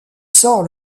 sort